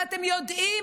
ואתם יודעים,